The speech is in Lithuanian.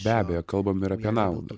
be abejo kalbam ir apie naudą